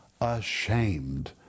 ashamed